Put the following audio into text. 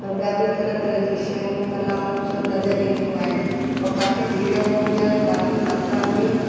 ॿिया बि तरह तरह जी शयूं कलाऊं सभु नज़र ईंदियूं आहिनि और काफ़ी भीड़ हूंदी आहे काफ़ी मात्रा में